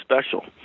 special